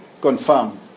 confirm